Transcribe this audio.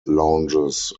lounges